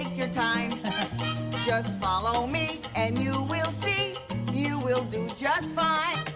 your time just follow me and you will see you will do just fine